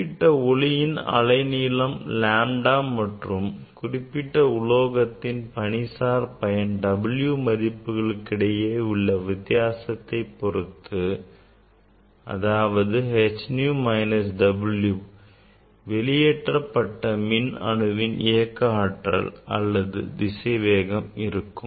குறிப்பிட்ட ஒளியின் அலைநீளம் lambda மற்றும் குறிப்பிட்ட உலோகத்தின் பணி சார் பயன் W மதிப்புகளுக்கிடையிலான வித்தியாசத்தை பொருத்து h nu minus W வெளியேற்றப்பட்ட மின் அணுவின் இயக்க ஆற்றல் அல்லது திசைவேகம் இருக்கும்